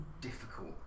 difficult